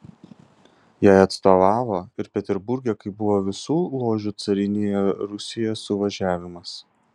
jai atstovavo ir peterburge kai buvo visų ložių carinėje rusijoje suvažiavimas